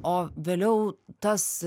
o vėliau tas